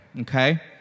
Okay